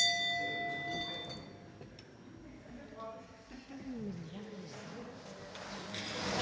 hvad er det